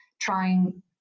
trying